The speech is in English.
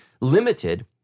limited